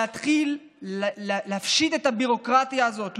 להתחיל לפשט את הביורוקרטיה הזאת,